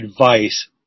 advice